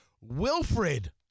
Wilfred